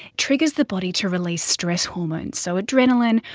triggers the body to release stress hormones so adrenaline,